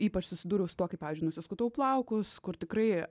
ypač susidūriau su tuo kaip pavyzdžiui nusiskutau plaukus kur tikrai